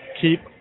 keep